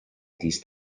these